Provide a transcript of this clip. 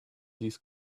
these